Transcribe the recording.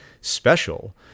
special